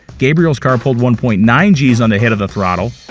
gabriel's car pulled one point nine g's on the hit of the throttle,